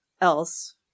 else